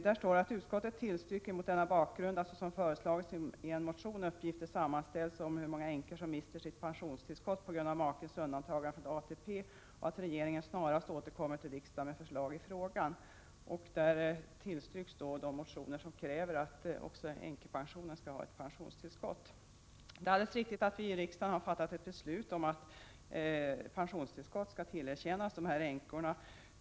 Där står: ”Utskottet tillstyrker mot denna bakgrund att såsom föreslagits i motion §f300 uppgifter sammanställs om hur många änkor som mister sitt pensionstillskott på grund av makens undantagande från ATP och att regeringen snarast återkommer till riksdagen med förslag i frågan.” De motioner där det krävs att också änkepensionen skall ha ett pensionstillskott tillstyrktes således. Genom riksdagens beslut fick regeringen sedan i uppdrag att göra något åt denna skamfläck. Det är alldeles riktigt att vi i riksdagen har fattat ett beslut om att dessa änkor skall tillerkännas ett pensionstillskott.